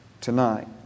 tonight